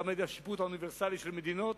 גם על-ידי השיפוט האוניברסלי של מדינות,